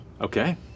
Okay